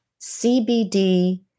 CBD